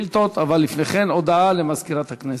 לפני כן, הודעה למזכירת הכנסת.